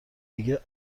دیگه